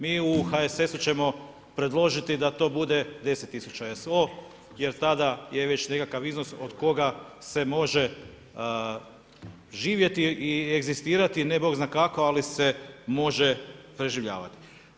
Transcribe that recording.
Mi u HSS-u ćemo predložiti da to bude 10.000 SO jer tada je već nekakav iznos od koga se može živjeti i egzistirati, ne Bog zna kako ali se može preživljavati.